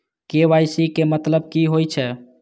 KYC के मतलब कि होई छै?